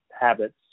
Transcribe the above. habits